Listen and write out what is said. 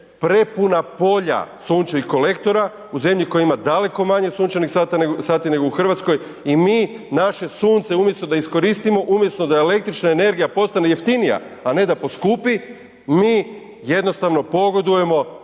prepuna polja sunčanih kolektora u zemlji koja ima daleko manje sunčanih sati nego u Hrvatskoj i mi naše sunce umjesto da iskoristimo, umjesto da električna energija postane jeftinija a ne da poskupi mi jednostavno pogodujemo